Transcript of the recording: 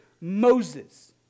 Moses